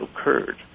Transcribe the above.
occurred